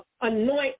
anoint